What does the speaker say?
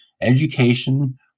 education